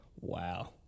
Wow